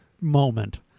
moment